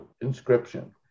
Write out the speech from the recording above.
Inscription